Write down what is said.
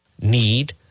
need